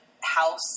house